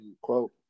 quote